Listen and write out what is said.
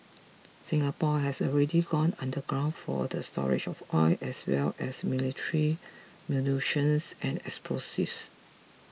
Singapore has already gone underground for the storage of oil as well as military munitions and explosives